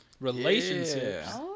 Relationships